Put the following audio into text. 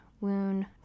wound